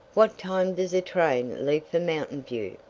what time does a train leave for mountainview?